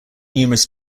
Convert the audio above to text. numerous